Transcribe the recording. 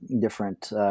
different